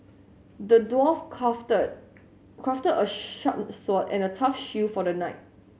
the dwarf crafted crafted a sharp sword and a tough shield for the knight